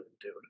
dude